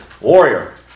Warrior